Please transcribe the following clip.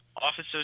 officers